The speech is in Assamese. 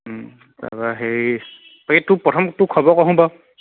তাৰপৰা হেৰি এই তোৰ প্ৰথম তাৰ খবৰ কচোন বাৰু